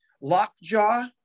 Lockjaw